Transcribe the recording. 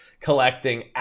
collecting